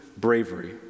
bravery